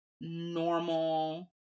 normal